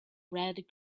red